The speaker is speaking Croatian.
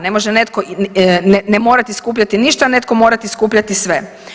Ne može netko ne morati skupljati ništa, a netko morati skupljati sve.